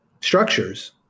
structures